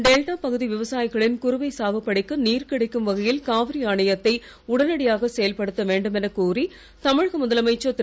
delta பகுதி விவசாயிகளின் குறுவை சாகுபடிக்கு நீர் கிடைக்கும் வகையில் காவிரி ஆணையத்தை உடனடியாக செயல்படுத்த வேண்டுமெனக் கோரி தமிழக முதலமைச்சர் திரு